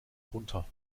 runter